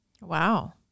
Wow